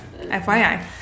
FYI